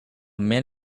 man